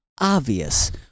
obvious